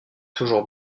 toujours